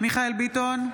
מיכאל מרדכי ביטון,